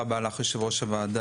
תודה רבה לך יושבת-ראש הוועדה,